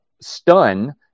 stun